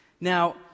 Now